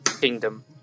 kingdom